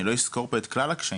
אני לא אזכור פה את כלל הקשיים,